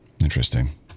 Interesting